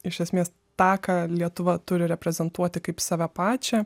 iš esmės tą ką lietuva turi reprezentuoti kaip save pačią